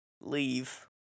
Leave